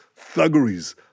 thuggeries